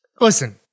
Listen